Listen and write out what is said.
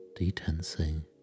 detensing